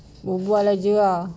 berbual aje lah